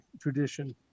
tradition